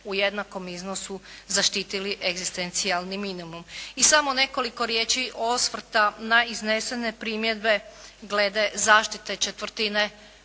u jednakom iznosu zaštitili egzistencijalni minimum. I samo nekoliko riječi osvrta na iznesene primjedbe glede zaštite četvrtine